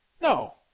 No